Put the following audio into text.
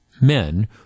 men